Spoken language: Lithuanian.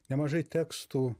nemažai tekstų